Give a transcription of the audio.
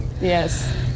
Yes